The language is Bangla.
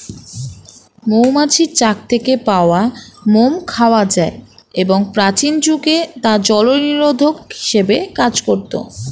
মৌমাছির চাক থেকে পাওয়া মোম খাওয়া যায় এবং প্রাচীন যুগে তা জলনিরোধক হিসেবে কাজ করত